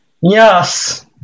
Yes